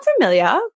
familiar